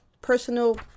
personal